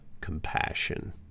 compassion